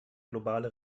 globale